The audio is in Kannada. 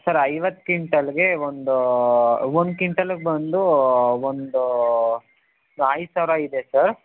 ಸರ್ ಐವತ್ತು ಕ್ವಿಂಟಾಲಿಗೆ ಒಂದು ಒಂದು ಕ್ವಿಂಟಾಲಿಗೆ ಬಂದು ಒಂದು ಐದು ಸಾವಿರ ಆಗಿದೆ ಸರ್